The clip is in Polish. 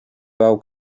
bał